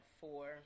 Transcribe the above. four